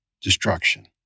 destruction